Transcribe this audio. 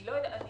אם אני